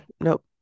nope